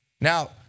Now